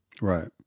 Right